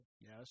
Yes